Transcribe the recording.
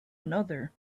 another